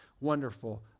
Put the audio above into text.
wonderful